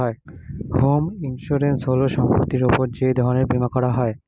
home insurance হল সম্পত্তির উপর যে ধরনের বীমা করা হয়